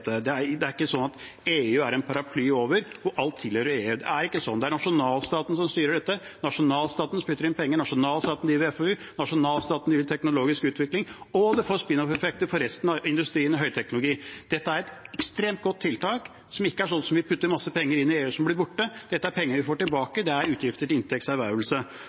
er ikke slik at EU er en paraply over, og at alt tilhører EU. Det er ikke slik. Det er nasjonalstaten som styrer dette, nasjonalstaten som spytter inn penger, nasjonalstaten som driver med FoU, nasjonalstaten som driver med teknologisk utvikling – og det får «spin off»-effekter for resten av industrien og for høyteknologi. Dette er et ekstremt godt tiltak, som ikke er slik som når man putter masse penger inn i EU som blir borte. Dette er penger vi får tilbake; det er utgifter til inntekts ervervelse.